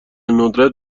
ندرت